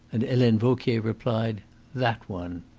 and helene vauquier replied that one.